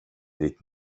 dit